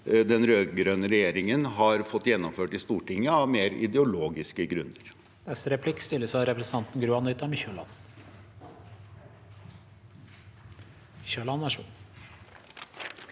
den rødgrønne regjeringen har fått gjennomført i Stortinget av mer ideologiske grunner.